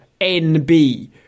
NB